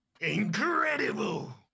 Incredible